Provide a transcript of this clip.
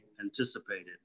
anticipated